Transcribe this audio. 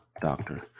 doctor